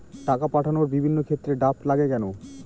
টাকা পাঠানোর বিভিন্ন ক্ষেত্রে ড্রাফট লাগে কেন?